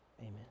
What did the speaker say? Amen